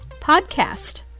podcast